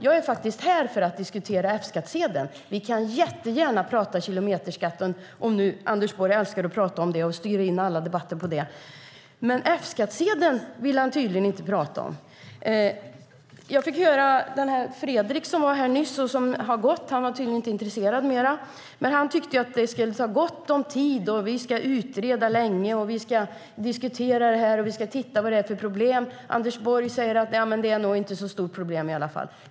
Jag är faktiskt här för att diskutera F-skattsedeln. Vi kan jättegärna tala om kilometerskatten, om nu Anders Borg älskar att tala om och styra in alla debatter på den. Men F-skattsedeln vill han tydligen inte tala om. Fredrik Schulte var här nyss men han har nu gått. Han var tydligen inte intresserad mer. Men han tyckte att vi ska ta gott om tid på oss, att vi ska utreda det här länge, diskutera det och titta på vad det är för problem. Anders Borg säger: Nej, men det är nog inte ett så stort problem i alla fall.